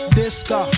disco